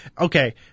Okay